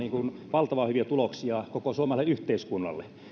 valtavan hyviä tuloksia koko suomalaiselle yhteiskunnalle